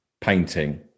painting